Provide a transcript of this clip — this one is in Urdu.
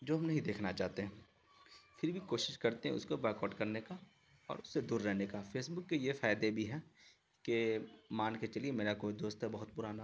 جو ہم نہیں دیکھنا چاہتے ہیں پھر بھی کوشش کرتے ہیں اس کو بائیکاٹ کرنے کا اور اس سے دور رہنے کا فیسبک کے یہ فائدے بھی ہیں کہ مان کے چلیے میرا کوئی دوست ہے بہت پرانا